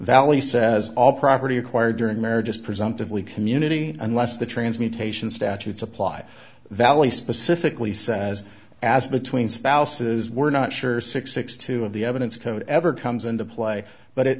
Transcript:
says all property acquired during marriage just presumptively community unless the transmutation statutes apply valli specifically says as between spouses we're not sure six six two of the evidence code ever comes into play but it